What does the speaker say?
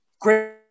Great